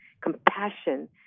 compassion